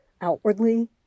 Outwardly